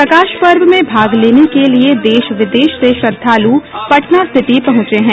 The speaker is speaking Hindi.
प्रकाश पर्व में भाग लेने के लिये देश विदेश से श्रद्धाल् पटना सिटी पहुंचे हैं